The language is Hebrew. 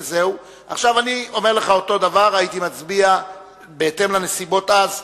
עכשיו אני אומר לך שהייתי מצביע אותו דבר בהתאם לנסיבות אז,